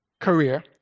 career